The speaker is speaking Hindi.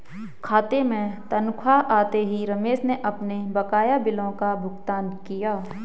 खाते में तनख्वाह आते ही रमेश ने अपने बकाया बिलों का भुगतान किया